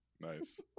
Nice